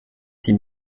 six